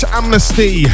amnesty